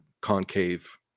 concave